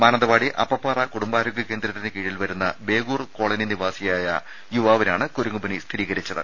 മാനന്തവാടി അപ്പപാറ കുടുംബാരോഗ്യ കേന്ദ്രത്തിന് കീഴിൽ വരുന്ന ബേഗൂർ കോളനിവാസിയായ യുവാവിനാണ് കുരങ്ങുപനി സ്ഥിരീകരിച്ചത്